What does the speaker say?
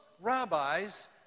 rabbis